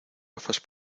gafas